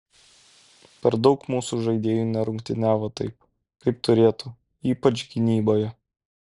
per daug mūsų žaidėjų nerungtyniavo taip kaip turėtų ypač gynyboje